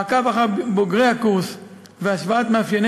מעקב אחר בוגרי הקורס והשוואת מאפייני